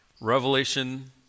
Revelation